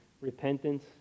repentance